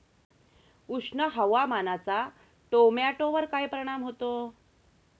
उष्ण हवामानाचा टोमॅटोवर काय परिणाम होतो?